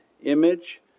image